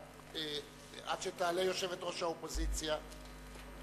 עד שתעלה יושבת-ראש האופוזיציה,